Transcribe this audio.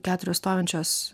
keturios stovinčios